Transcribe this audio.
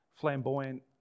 Flamboyant